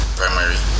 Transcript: primary